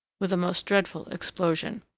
with a most dreadful explosion.